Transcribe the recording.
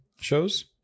shows